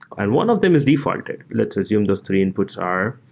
and one of them is defaulted. let's assume those three inputs are.